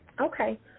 Okay